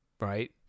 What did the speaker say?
Right